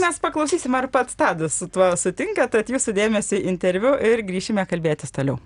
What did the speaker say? mes paklausysim ar pats tadas su tuo sutinka tad jūsų dėmesiui interviu ir grįšime kalbėtis toliau